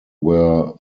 were